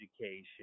education